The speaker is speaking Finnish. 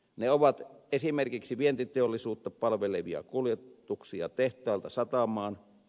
ne ovat esimerkiksi vientiteollisuutta palvelevia kuljetuksia tehtaalta satamaan